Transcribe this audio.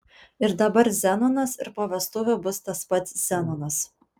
ir dabar zenonas ir po vestuvių bus tas pats zenonas